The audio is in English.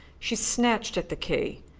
she snatched at the key,